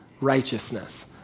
righteousness